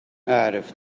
أعرف